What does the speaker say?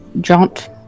jaunt